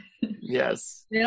yes